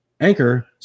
Anchor